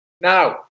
Now